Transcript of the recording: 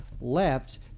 left